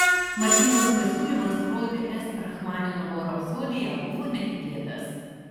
martynos pasiūlymas groti s rachmaninovo rapsodiją buvo netikėtas